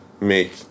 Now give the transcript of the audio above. make